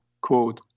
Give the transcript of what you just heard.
quote